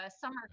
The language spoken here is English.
summer